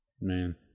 Man